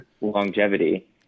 longevity